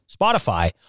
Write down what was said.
Spotify